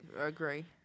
Agree